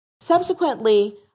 Subsequently